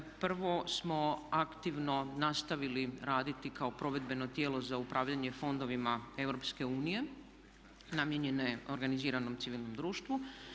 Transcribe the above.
Prvo smo aktivno nastavili raditi kao provedbeno tijelo za upravljanje fondovima EU namijenjene organiziranom civilnom društvu.